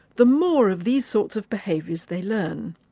the more of these sorts of behaviours they learn.